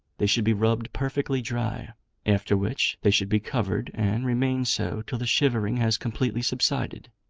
they should be rubbed perfectly dry after which they should be covered, and remain so till the shivering has completely subsided.